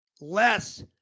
less